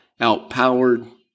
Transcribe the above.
outpowered